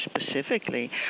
specifically